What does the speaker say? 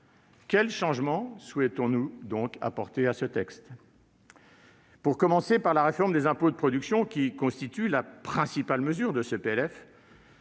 Quels changements souhaitons-nous apporter à ce texte ? En ce qui concerne la réforme des impôts de production, qui constitue la principale mesure de ce PLF,